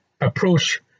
approach